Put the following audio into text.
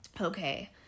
okay